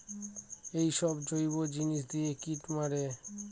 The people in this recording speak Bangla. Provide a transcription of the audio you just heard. এইসব গুলো জৈব জিনিস দিয়ে কীট মারে